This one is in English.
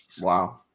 Wow